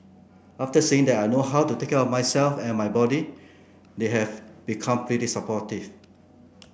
after seeing that I know how to take care of myself and my body they have become pretty supportive